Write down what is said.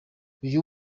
uyu